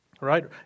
Right